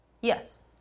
yes